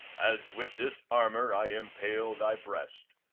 as with this armour i impale thy breast,